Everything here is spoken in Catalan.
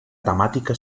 temàtica